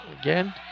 Again